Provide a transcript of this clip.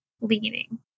leaning